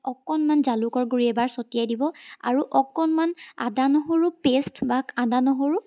অকণমান জালুকৰি গুড়ি এবাৰ ছটিয়াই দিব আৰু অকণমান আদা নহৰু পেষ্ট বা আদা নহৰু